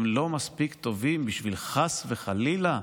הם לא מספיק טובים כשהם טסים חס וחלילה,